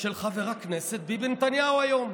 של חבר הכנסת ביבי נתניהו היום.